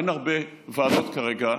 ואין הרבה ועדות כרגע,